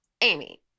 Amy